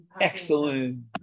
Excellent